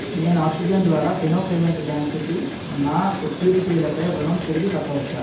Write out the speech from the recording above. నేను ఆక్సిజన్ ద్వారా ఫీనో పేమెంట్స్ బ్యాంక్కి నా సెక్యూరిటీలపై రుణం తిరిగి కట్టవచ్చా